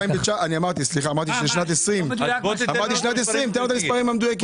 המספרים הם של שנת 2020. תן לנו את המספרים המדויקים.